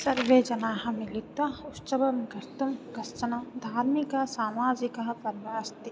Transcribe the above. सर्वे जनाः मिलित्वा उत्सवं कर्तुं कश्चन धार्मिक सामजिकः पर्व अस्ति